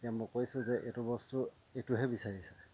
এতিয়া মই কৈছোঁ যে এইটো বস্তু এইটোহে বিচাৰিছে